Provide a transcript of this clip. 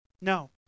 No